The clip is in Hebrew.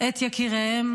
את יקיריהן,